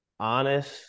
honest